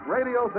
Radio